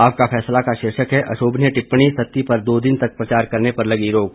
आपका फैसला का शीर्षक है अशोभनीय टिप्पणी सत्ती पर दो दिन तक प्रचार करने पर लगी रोक